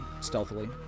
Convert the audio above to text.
stealthily